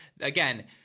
again